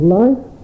life